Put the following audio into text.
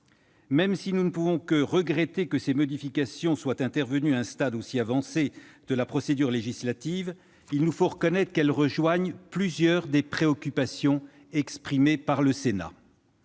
Même si nous ne pouvons que regretter l'intervention de ces modifications à un stade aussi avancé de la procédure législative, il nous faut reconnaître qu'elles rejoignent plusieurs des préoccupations exprimées par le Sénat.